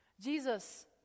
Jesus